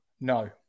No